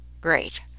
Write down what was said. great